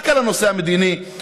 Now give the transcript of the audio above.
רק על הנושא המדיני-בטחוני.